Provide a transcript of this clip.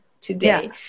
today